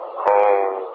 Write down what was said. home